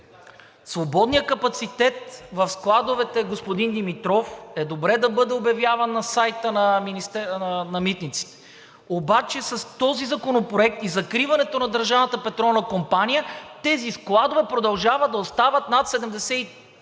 Свободният капацитет в складовете, господин Димитров, е добре да бъде обявяван на сайта на митниците, обаче с този законопроект и закриването на Държавната петролна компания в тези складове продължават да остават над 75%,